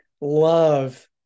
love